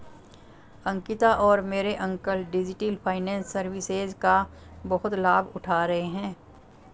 अंकिता और मेरे uncle digital finance services का बहुत लाभ उठा रहे हैं